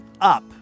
up